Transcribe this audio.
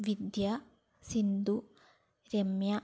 Vidya Sindhu Ramya